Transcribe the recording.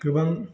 गोबां